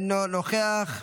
אינו נוכח,